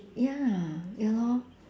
ya ya lor